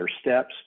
steps